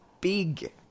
big